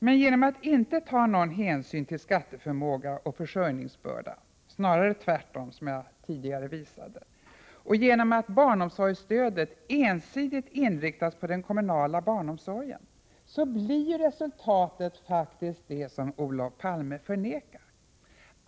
Men genom att inte ta någon hänsyn till skatteförmåga och försörjningsbörda, snarare tvärtom som jag tidigare visat, och genom att barnomsorgsstödet ensidigt inriktas på den kommunala barnomsorgen, blir resultatet faktiskt det som Olof Palme förnekar.